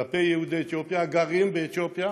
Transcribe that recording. כלפי יהודי אתיופיה הגרים באתיופיה